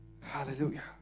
Hallelujah